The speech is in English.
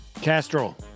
castro